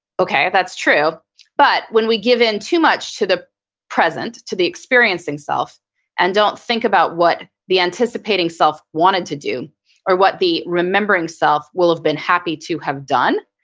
okay that's true but when we give in too much to the present to the experiencing self and don't think about what the anticipating self wanted to do or what the remembering self will have been happy to have done,